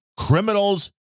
Criminals